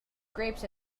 grapes